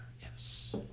yes